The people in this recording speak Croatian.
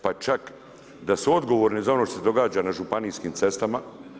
Pa čak, da su odgovorni za ono što se događa na županijskim cestama.